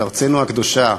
של ארצנו הקדושה,